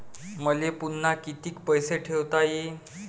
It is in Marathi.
मले पुन्हा कितीक पैसे ठेवता येईन?